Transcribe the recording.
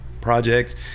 project